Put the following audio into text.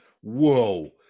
Whoa